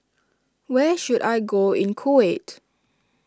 where should I go in Kuwait